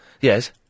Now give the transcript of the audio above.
Yes